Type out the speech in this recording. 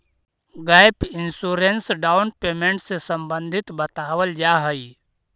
gap insurance down payment से संबंधित बतावल जाऽ हई